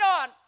on